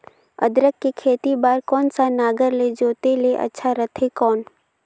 अदरक के खेती बार कोन सा नागर ले जोते ले अच्छा रथे कौन?